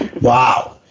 Wow